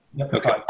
Okay